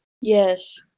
Yes